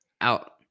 out